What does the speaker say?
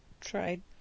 tried